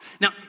Now